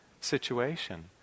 situation